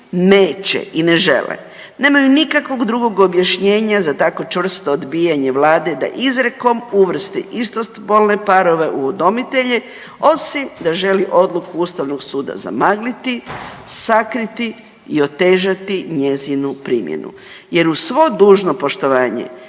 neće i ne žele, nemaju nikakvog drugog objašnjenja za takvo čvrsto odbijanje vlade da izrijekom uvrsti istospolne parove u udomitelje osim da želi odluku ustavnog suda zamagliti, sakriti i otežati njezinu primjenu jer uz svo dužno poštovanje